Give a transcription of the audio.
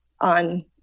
on